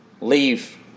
leave